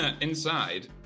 Inside